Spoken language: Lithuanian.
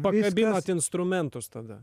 pakabinot instrumentus tada